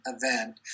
event